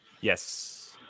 Yes